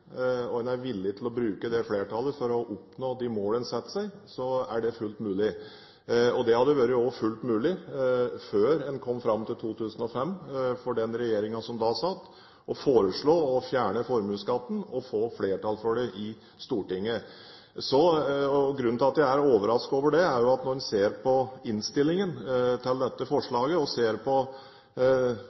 og en er villig til å bruke det flertallet for å oppnå de mål en setter seg, er det fullt mulig, og det hadde også vært fullt mulig før en kom fram til 2005 – for den regjeringen som da satt – å foreslå å fjerne formuesskatten og få flertall for det i Stortinget. Grunnen til at jeg er overrasket over det, er at når en ser på innstillingen til dette forslaget, og ser på